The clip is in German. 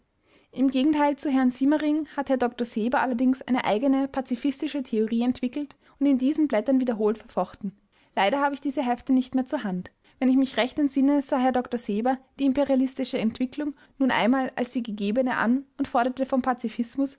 im gegenteil zu herrn siemering hat herr dr seber allerdings eine eigene pazifistische theorie entwickelt und in diesen blättern wiederholt verfochten leider habe ich diese hefte nicht mehr zur hand wenn ich mich recht entsinne sah herr dr seber die imperialistische entwicklung nun einmal als die gegebene an und forderte vom pazifismus